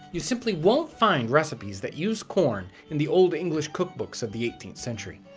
you simply won't find recipes that use corn in the old english cookbooks of the eighteenth century.